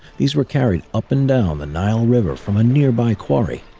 these were carried up and down the nile river from a nearby quarry.